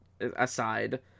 aside